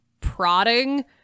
prodding